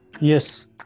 Yes